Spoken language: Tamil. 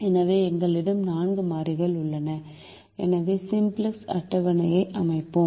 எனவே எங்களிடம் 4 மாறிகள் உள்ளன எனவே சிம்ப்ளக்ஸ் அட்டவணையை அமைப்போம்